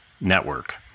network